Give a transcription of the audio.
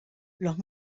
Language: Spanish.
los